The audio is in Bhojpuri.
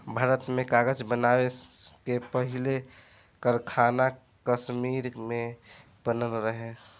भारत में कागज़ बनावे के पहिला कारखाना कश्मीर में बनल रहे